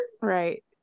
Right